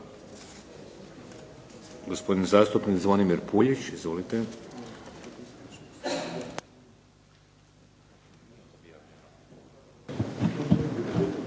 Gospodin zastupnik Zvonimir Puljić. Izvolite.